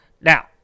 Now